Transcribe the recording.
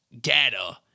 data